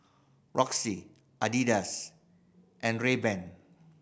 Roxy Adidas and Rayban